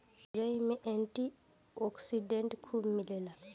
तुरई में antioxidant खूब मिलेला